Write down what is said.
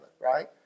right